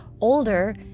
older